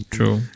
True